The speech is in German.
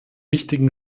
wichtigen